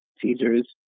teasers